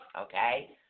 okay